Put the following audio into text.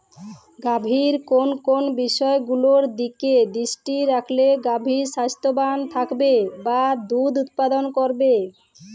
গাভীর কোন কোন বিষয়গুলোর দিকে দৃষ্টি রাখলে গাভী স্বাস্থ্যবান থাকবে বা দুধ উৎপাদন বাড়বে?